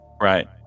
right